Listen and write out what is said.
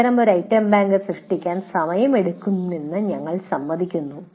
അത്തരമൊരു ഐറ്റംബാങ്ക് സൃഷ്ടിക്കാൻ സമയമെടുക്കുമെന്ന് ഞങ്ങൾ സമ്മതിക്കുന്നു